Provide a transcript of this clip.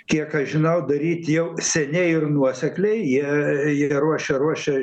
kiek aš žinau daryt jau seniai ir nuosekliai jie jie ruošia ruošia